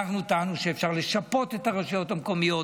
טענו שאפשר לשפות את הרשויות המקומיות.